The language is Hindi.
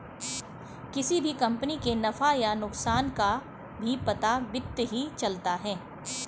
किसी भी कम्पनी के नफ़ा या नुकसान का भी पता वित्त ही चलता है